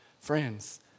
Friends